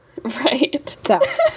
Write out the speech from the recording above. Right